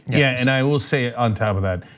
yeah, and i will say on top of that,